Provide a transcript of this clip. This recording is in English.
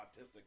autistic